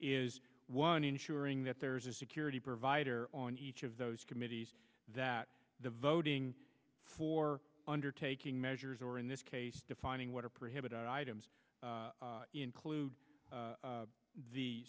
is one ensuring that there's a security provider on each of those committees that the voting for undertaking measures or in this case defining what are prohibited items include